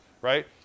right